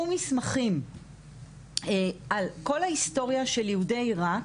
מסמכים על כל ההיסטוריה של יהודי עירק,